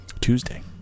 Tuesday